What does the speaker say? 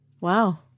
Wow